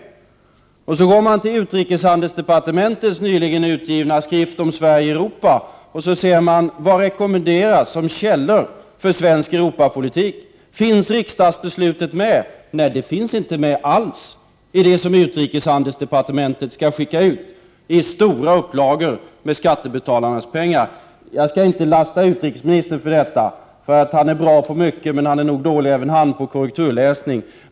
Går man sedan till den av handelsavdelningen på utrikesdepartementet nyligen utgivna skriften om Sverige och Europa för att se vilka källor som rekommenderas för studium av svensk Europapolitik, finner man att riksdagsbeslutet inte alls finns med. Denna skrift skall utrikeshandelsdepartementet skicka ut i stora upplagor för skattebetalarnas pengar. Jag skall inte lasta utrikesministern för detta, han är bra på mycket, men även han är nog dålig på korrekturläsning.